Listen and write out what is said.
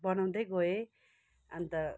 बनाउँदै गएँ अन्त